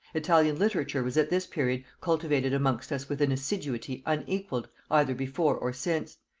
italian literature was at this period cultivated amongst us with an assiduity unequalled either before or since,